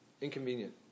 inconvenient